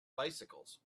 bicycles